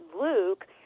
Luke